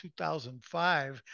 2005